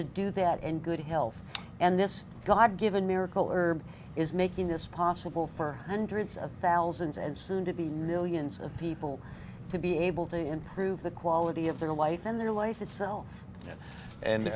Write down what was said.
to do that in good health and this god given miracle herb is making this possible for hundreds of thousands and soon to be millions of people to be able to improve the quality of their life and their life itself and